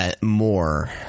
more